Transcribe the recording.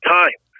time